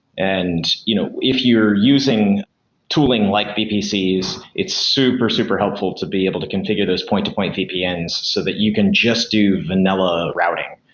and you know if you're using tooling like vpcs, it's super, super helpful to be able to configure those point-to-point vpns so that you can just do vanilla routing.